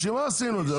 בשביל מה עשינו את זה?